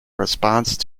response